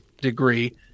degree